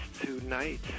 tonight